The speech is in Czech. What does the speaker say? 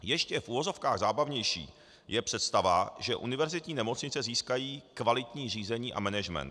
Ještě v uvozovkách zábavnější je představa, že univerzitní nemocnice získají kvalitní řízení a management.